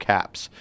Caps